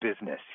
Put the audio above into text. business